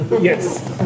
Yes